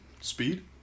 speed